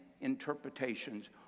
interpretations